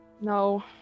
No